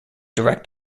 direct